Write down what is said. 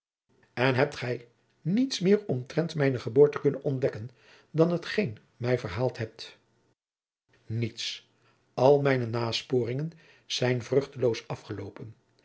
en hebt gij niets meer omtrent mijne geboorte kunnen ontdekken dan hetgeen gij mij verhaald hebt niets al mijne nasporingen zijn vruchteloos afgelopen